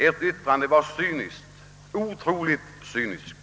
Ert yttrande är cyniskt, otroligt cyniskt.